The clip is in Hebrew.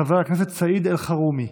חבר הכנסת סעיד אלחרומי,